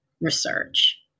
research